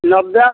नब्बे